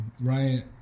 Ryan